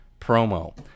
promo